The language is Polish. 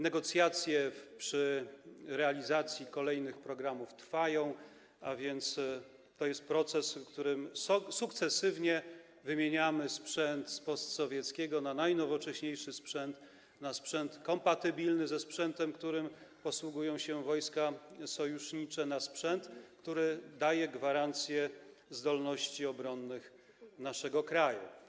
Negocjacje co do realizacji kolejnych programów trwają, a więc to jest proces, w ramach którego sukcesywnie wymieniamy sprzęt z postsowieckiego na najnowocześniejszy sprzęt, na sprzęt kompatybilny ze sprzętem, którym posługują się wojska sojusznicze, na sprzęt, który daje gwarancję zdolności obronnych naszego kraju.